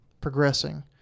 progressing